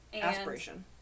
aspiration